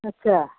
अच्छा